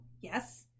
Yes